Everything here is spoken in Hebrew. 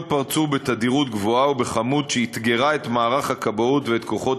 פרצו בתדירות גבוהה ובכמות שאתגרה את מערך הכבאות ואת כוחות